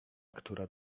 która